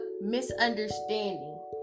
Misunderstanding